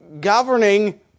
governing